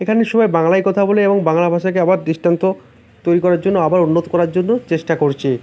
এখানে সবাই বাংলায় কথা বলে এবং বাংলা ভাষাকে আবার দৃষ্টান্ত তৈরি করার জন্য আবার উন্নত করার জন্যও চেষ্টা করছে